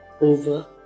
over